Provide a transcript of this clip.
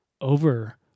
over